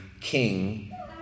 King